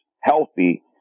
healthy